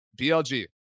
BLG